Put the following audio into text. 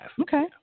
Okay